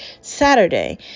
Saturday